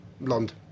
blonde